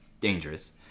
dangerous